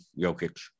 Jokic